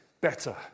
better